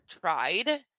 tried